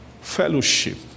fellowship